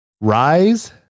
rise